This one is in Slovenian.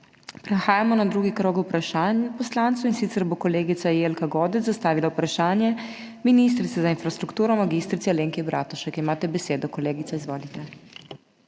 Prehajamo na drugi krog vprašanj poslancev, in sicer bo kolegica Jelka Godec zastavila vprašanje ministrici za infrastrukturo mag. Alenki Bratušek. Kolegica, imate